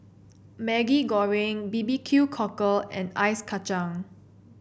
Maggi Goreng bbq cockle and Ice Kacang